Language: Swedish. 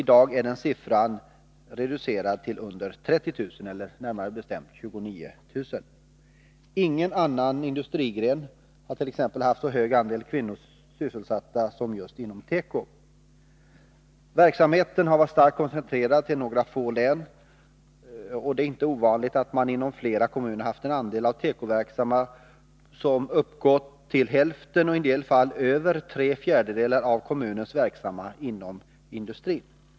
I dag är den siffran reducerad till under 30 000, eller närmare bestämt 29 000. Ingen annan industrigren har haft så hög andel kvinnor sysselsatta som just tekoindustrin. Verksamheten har varit starkt koncentrerad till några få län, och det är inte ovanligt att man inom flera kommuner haft en andel av tekoverksamma som uppgått till hälften och i en del fall till över tre fjärdedelar av kommunens verksamma inom industrin.